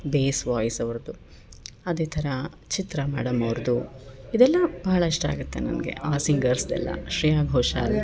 base voice ಅವ್ರದ್ದು ಅದೇ ಥರ ಚಿತ್ರ ಮೇಡಮ್ ಅವ್ರದ್ದು ಇದೆಲ್ಲ ಭಾಳ ಇಷ್ಟಾಗುತ್ತೆ ನನಗೆ ಆ ಸಿಂಗರ್ಸ್ದೆಲ್ಲ ಶ್ರೇಯಾ ಘೋಶಾಲ್